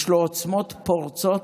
יש לו עוצמות פורצות,